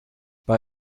bei